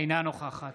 אינה נוכחת